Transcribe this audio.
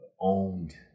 owned